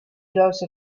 those